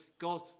God